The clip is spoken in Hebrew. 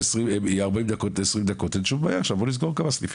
מ-40 דקות ל-20 דקות בוא נסגור לך כמה סניפים,